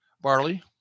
Barley